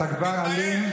אתה כבר אלים.